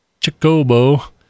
Chikobo